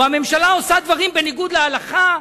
או הממשלה עושה דברים בניגוד להלכה,